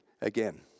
again